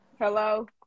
Hello